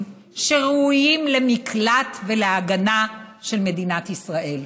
שראויים למקלט ולהגנה של מדינת ישראל.